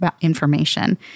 information